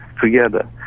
together